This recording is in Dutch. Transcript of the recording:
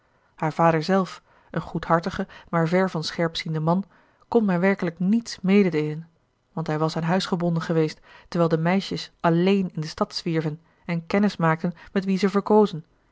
haar vader zelf een goedhartige maar ver van scherpziende man kon mij werkelijk niets mededeelen want hij was aan huis gebonden geweest terwijl de meisjes alleen in de stad zwierven en kennis maakten met wie ze verkozen